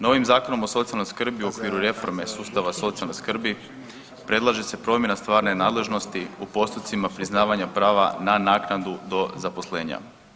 Novim Zakonom o socijalnoj skrbi u okviru reforme sustava socijalne skrbi predlaže se promjena stvarne nadležnosti u postupcima priznavanja prava na naknadu do zaposlenja.